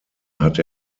hatte